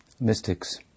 mystics